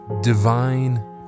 divine